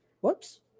Whoops